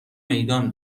میدان